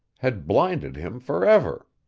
had blinded him forever.